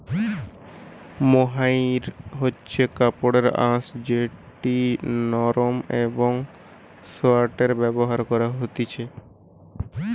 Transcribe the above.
mohair হচ্ছে কাপড়ের আঁশ যেটি নরম একং সোয়াটারে ব্যবহার করা হতিছে